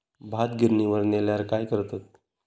भात गिर्निवर नेल्यार काय करतत?